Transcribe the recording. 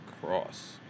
cross